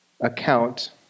account